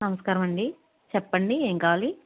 నమస్కారం అండి చెప్పండి ఏం కావాలి